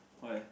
why